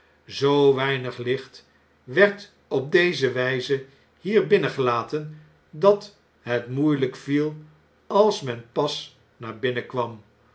zoo weinig licht werd op deze wgze hier binnengelaten dat het moeieljjk viel als men pas naar binnen